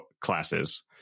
classes